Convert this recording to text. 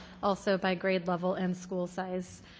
also by grade level and school size.